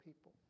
people